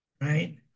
right